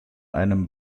einem